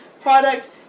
product